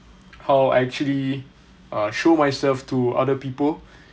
how actually uh show myself to other people